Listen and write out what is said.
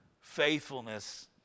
faithfulness